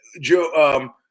Joe